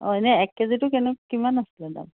অঁ এনেই এক কেজিটো কেনে কিমান আছিলে দাম